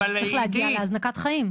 צריך להגיע להזנקת חיים.